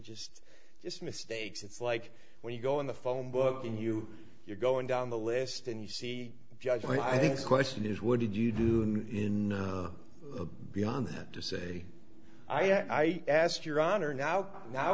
just it's mistakes it's like when you go in the phone book and you you're going down the list and you see judge i think the question is what did you do in beyond that to say i asked your honor now how